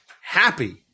happy